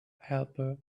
helper